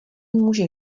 může